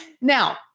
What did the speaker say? Now